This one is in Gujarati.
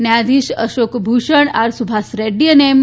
ન્યાયાધીશ અશોક ભૂષણ આર સુભાષ રેડ્ડી અને એમ